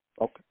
okay